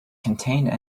contained